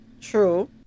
True